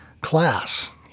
class